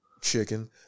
chicken